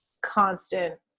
constant